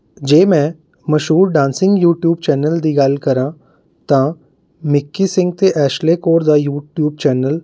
ਜੇ ਮੈਂ ਮਸ਼ਹੂਰ ਡਾਂਸਿੰਗ ਯੂਟੀਊਬ ਚੈਨਲ ਦੀ ਗੱਲ ਕਰਾਂ ਤਾਂ ਮਿੱਕੀ ਸਿੰਘ ਅਤੇ ਐਸ਼ਲੇ ਕੌਰ ਦਾ ਯੂਟੀਊਬ ਚੈਨਲ